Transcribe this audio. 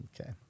Okay